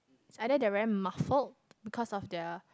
it's either they are very muffled because of their